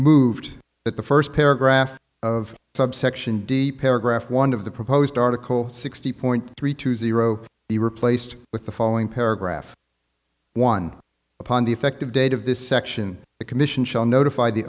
moved at the first paragraph of subsection deep paragraph one of the proposed article sixty point three two zero be replaced with the following paragraph one upon the effective date of this section the commission shall notify the